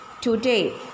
today